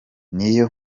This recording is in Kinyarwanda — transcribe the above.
niyo